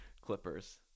Clippers